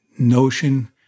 notion